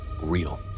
real